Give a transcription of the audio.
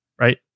right